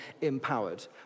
empowered